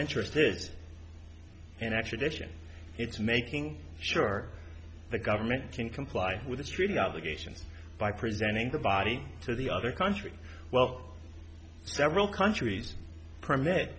interested in actually vission it's making sure the government can comply with the treaty obligations by preventing the body to the other country well several countries permit